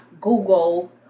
Google